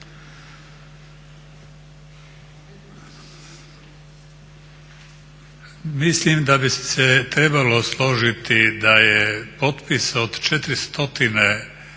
Mislim da bi se trebalo složiti da je potpis od 4